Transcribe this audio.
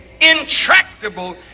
intractable